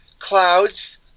Clouds